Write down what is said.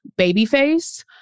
Babyface